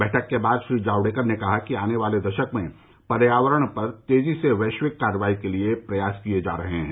बैठक के बाद श्री जावड़ेकर ने कहा कि आने वाले दशक में पर्यावरण पर तेजी से वैश्विक कार्रवाई के लिए प्रयास किए जा रहे हैं